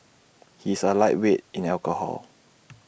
he is A lightweight in alcohol